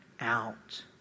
out